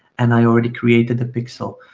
and i already created the pixel.